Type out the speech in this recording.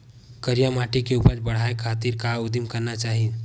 करिया माटी के उपज बढ़ाये खातिर का उदिम करना चाही?